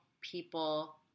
people